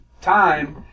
time